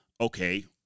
okay